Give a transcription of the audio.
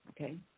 Okay